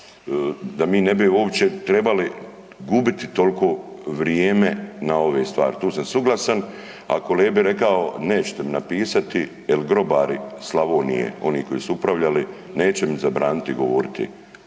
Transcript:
da mi ne bi uopće trebali gubiti toliko vrijeme na ove stvari, tu sam suglasan a kolegi bi rekao, nećete mi napisati jer grobari Slavonije, oni koji su upravljali, neće mi zabraniti govoriti